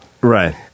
Right